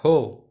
हो